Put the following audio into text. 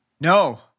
No